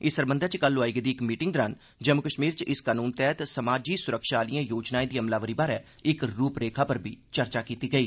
इस सरबंधै च कल लोआई गेदी इक मीटिंग दौरान जम्मू कश्मीर च इस कानून तैहत समाज सुरक्षा आहलिए येजनाए दी अमलावरी बारै इक रूपरेखा पर बी चर्चा कीती गेई